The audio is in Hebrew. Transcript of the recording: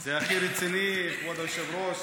זה הכי רציני, כבוד היושב-ראש.